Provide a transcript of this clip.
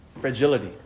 Fragility